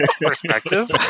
perspective